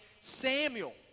Samuel